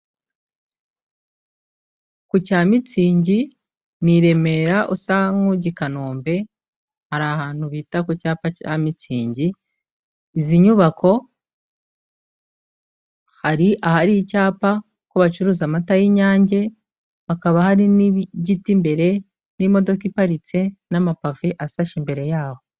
Ku cya mitsingi ni i Remera usa nk'ujya i Kanombe, hari ahantu bita ku cyapa cya mitsingi, izi nyubako hari ahari icyapa ko bacuruza amata y'Inyange, hakaba hari n'igiti imbere n'imodoka iparitse n'amapave asashe imbere yaho.